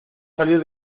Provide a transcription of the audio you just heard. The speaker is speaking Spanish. salir